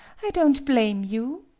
i don't blame you.